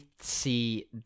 see